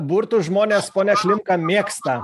burtus žmonės pone klimka mėgsta